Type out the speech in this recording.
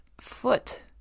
foot